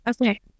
Okay